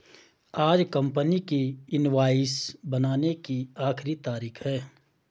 आज कंपनी की इनवॉइस बनाने की आखिरी तारीख है